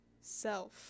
self